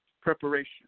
Preparation